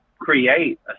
create